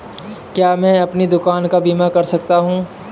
क्या मैं अपनी दुकान का बीमा कर सकता हूँ?